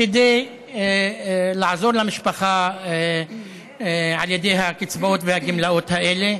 כדי לעזור למשפחה על ידי הקצבאות והגמלאות האלה?